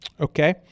Okay